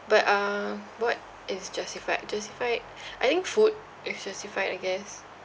but uh what is justified justified I think food is justified I guess